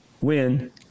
win